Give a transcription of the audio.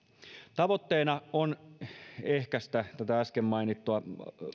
tavoitteena on ehkäistä äsken mainittuja